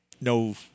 No